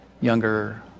younger